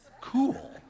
Cool